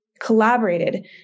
collaborated